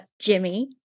Jimmy